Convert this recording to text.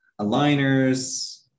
aligners